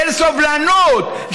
של סובלנות,